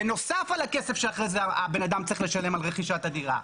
בנוסף על הכסף שאחרי זה בן האדם צריך לשלם על רכישת הדירה,